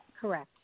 correct